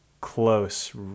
close